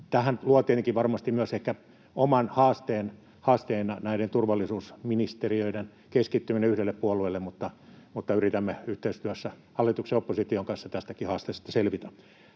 Tähän luo tietenkin varmasti myös ehkä oman haasteensa näiden turvallisuusministeriöiden keskittyminen yhdelle puolueelle, mutta yritämme yhteistyössä hallituksen ja opposition kanssa tästäkin haasteesta selvitä.